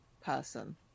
person